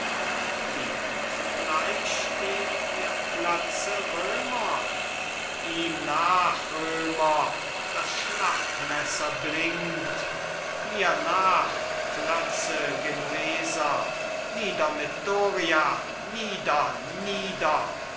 wie so bleich steht ihr klötze römer ihm nach römer das schlachtmesser blinkt mir nach klötze genueser nieder mit doria